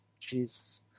Jesus